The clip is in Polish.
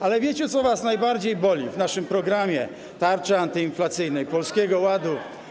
Ale wiecie, co was najbardziej boli w naszym programie tarczy antyinflacyjnej Polskiego Ładu?